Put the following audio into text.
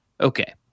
Okay